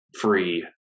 free